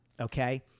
Okay